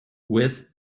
with